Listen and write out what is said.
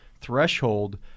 threshold